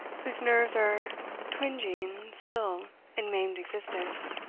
whose nerves are twinging still in maimed existence.